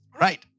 Right